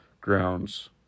grounds